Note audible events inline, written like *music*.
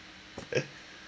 *laughs*